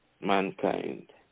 mankind